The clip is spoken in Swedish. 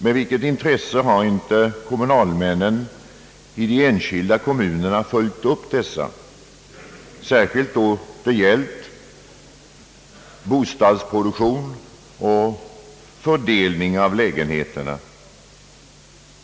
Med vilket intresse har inte kommunalnämnden ute i de enskilda kommunerna tagit upp just bostadsfrågorna, särskilt då det gällt produktion och fördelning av lägenheter.